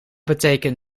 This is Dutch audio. betekent